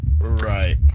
Right